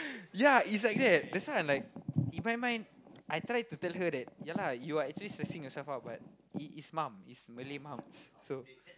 ya it's like that that's why I like in my mind I try to tell her that ya lah you are actually stressing yourself out but it is mum is Malay mums so